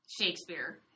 Shakespeare